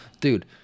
Dude